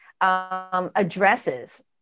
addresses